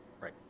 Right